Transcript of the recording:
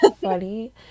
funny